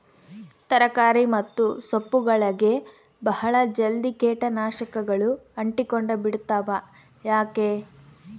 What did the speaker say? ತರಕಾರಿ ಮತ್ತು ಸೊಪ್ಪುಗಳಗೆ ಬಹಳ ಜಲ್ದಿ ಕೇಟ ನಾಶಕಗಳು ಅಂಟಿಕೊಂಡ ಬಿಡ್ತವಾ ಯಾಕೆ?